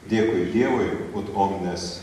dėkui dievui ut ominis